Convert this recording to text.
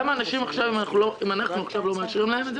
אם לא נאשר את זה,